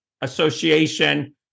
association